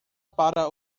para